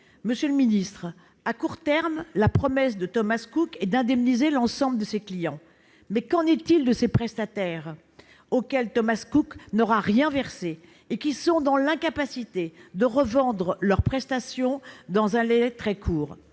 Monsieur le ministre, à court terme, la promesse de Thomas Cook est d'indemniser l'ensemble de ses clients, mais qu'en est-il de ses prestataires, auxquels Thomas Cook n'aura rien versé et qui sont dans l'incapacité de revendre leurs prestations dans un délai très court ?